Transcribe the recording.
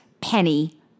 Penny